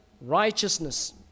righteousness